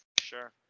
Sure